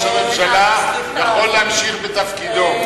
ראש הממשלה יכול להמשיך בתפקידו.